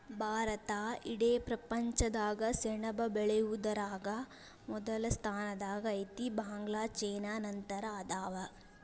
ಭಾರತಾ ಇಡೇ ಪ್ರಪಂಚದಾಗ ಸೆಣಬ ಬೆಳಿಯುದರಾಗ ಮೊದಲ ಸ್ಥಾನದಾಗ ಐತಿ, ಬಾಂಗ್ಲಾ ಚೇನಾ ನಂತರ ಅದಾವ